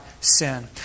sin